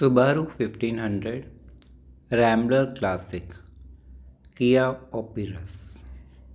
Subaru fifteen hundred रैमड्र classic Kia Opirus